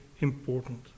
important